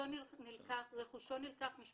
מציאת עבודה ופרנסה וחיים בכבוד.